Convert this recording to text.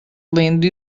lendo